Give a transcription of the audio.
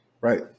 Right